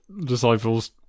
disciples